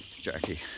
Jackie